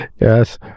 Yes